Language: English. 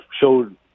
showed